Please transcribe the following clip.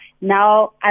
now